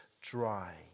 dry